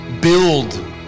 Build